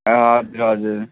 हजुर हजुर